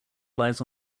lies